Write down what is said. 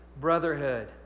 Brotherhood